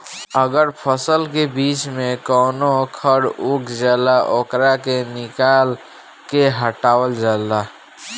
अगर फसल के बीच में कवनो खर उग जाला ओकरा के निकाल के हटावल जाला